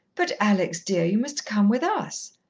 but, alex, dear, you must come with us!